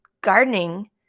gardening